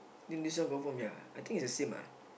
think this one confirm ya I think it's the same ah